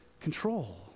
control